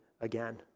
again